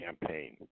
campaign